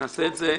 נעשה את זה,